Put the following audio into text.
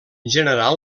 general